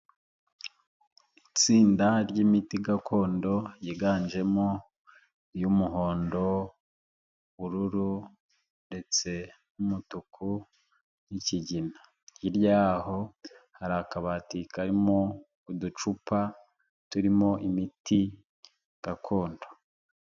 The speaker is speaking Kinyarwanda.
Itsinda ry'imiti gakondo yiganjemo iyumuhondo, ubururu ndetse n'umutuku nkigina, hirya y'aho hari akabati karimo uducupa turimo imiti gakondo.